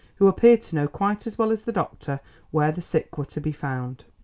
who appeared to know quite as well as the doctor where the sick were to be found.